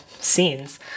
scenes